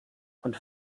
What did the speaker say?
und